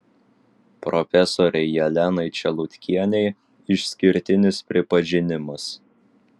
profesorei jelenai čelutkienei išskirtinis pripažinimas